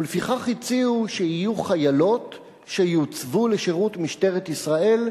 ולפיכך הציעו שיהיו חיילות שיוצבו לשירות משטרת ישראל.